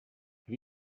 have